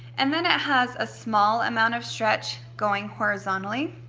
and then it has a small amount of stretch going horizontally.